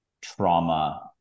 trauma